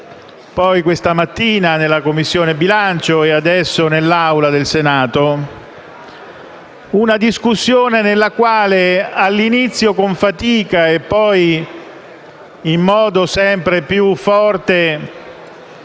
poi questa mattina, nella Commissione bilancio del Senato, e adesso nell'Aula del Senato, una discussione nella quale, all'inizio con fatica e poi in modo sempre più forte,